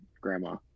Grandma